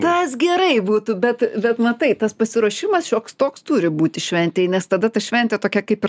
tas gerai būtų bet bet matai tas pasiruošimas šioks toks turi būti šventei nes tada ta šventė tokia kaip ir